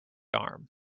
arm